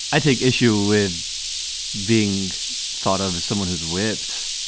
i take issue with being thought of as someone who's whipped.